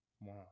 Wow